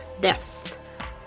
death